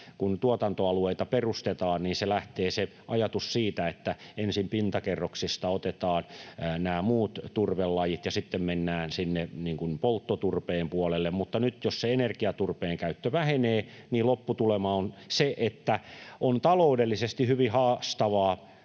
kun tuotantoalueita perustetaan, se ajatus lähtee siitä, että ensin pintakerroksista otetaan nämä muut turvelajit ja sitten mennään sinne polttoturpeen puolelle, mutta nyt jos se energiaturpeen käyttö vähenee, niin lopputulema on se, että on taloudellisesti hyvin haastavaa